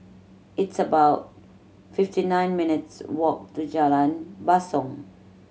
it's about fifty nine minutes walk to Jalan Basong